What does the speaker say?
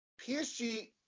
PSG